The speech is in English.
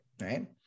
right